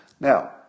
Now